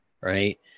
Right